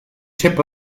tip